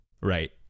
Right